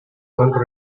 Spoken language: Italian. contro